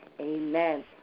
Amen